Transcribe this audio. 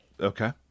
Okay